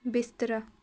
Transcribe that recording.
ਬਿਸਤਰਾ